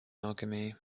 alchemy